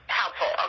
helpful